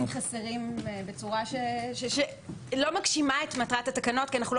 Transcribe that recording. ממש דיווחים חסרים בצורה שלא מגשימה את מטרת התקנות כי אנחנו לא